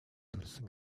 төрсөн